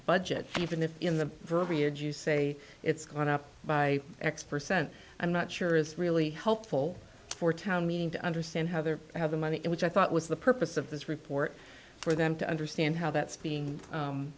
budget even if in the verbiage you say it's gone up by x percent i'm not sure it's really helpful for town meeting to understand how they have the money and which i thought was the purpose of this report for them to understand how that's being